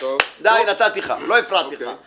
לא הפרעתי לך.